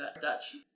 Dutch